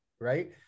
right